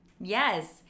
Yes